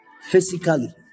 physically